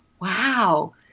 wow